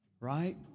Right